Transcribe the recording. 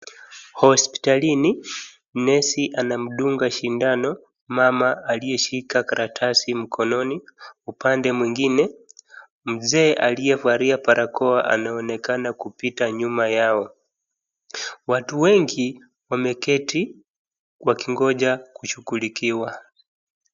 Hospitalini nesi anamdunga sindano mama aliyeshika karatasi mkononi. Upande mwingine mzee aliyevalia barakoa anaonekana kupita nyuma yao watu wengi wameketi wakingoja kushughulikiwa.